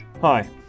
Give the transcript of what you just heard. Hi